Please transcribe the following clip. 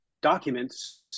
documents